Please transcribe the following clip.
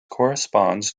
corresponds